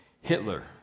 Hitler